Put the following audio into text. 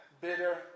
bitter